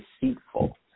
deceitful